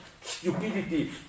stupidity